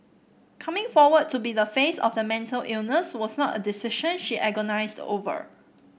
coming forward to be the face of the mental illness was not a decision she agonised over